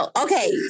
okay